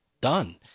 done